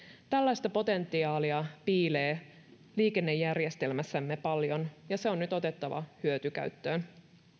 tällaista potentiaalia piilee liikennejärjestelmässämme paljon ja se on nyt otettava hyötykäyttöön